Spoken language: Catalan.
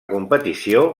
competició